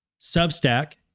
Substack